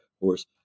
horse